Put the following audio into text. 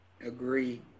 agree